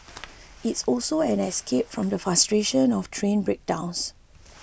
it's also an escape from the frustration of train breakdowns